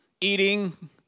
eating